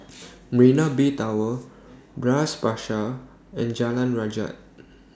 Mena Bay Tower Bras Basah and Jalan Rajah